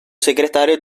segretario